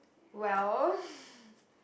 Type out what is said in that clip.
well